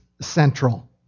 central